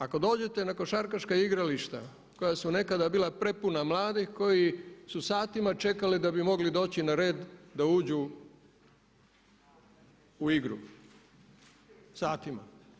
Ako dođete na košarkaška igrališta koja su nekada bila prepuna mladih koji su satima čekali da bi mogli doći na red da uđu u igru, satima.